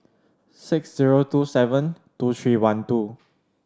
six zero two seven two three one two